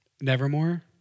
Nevermore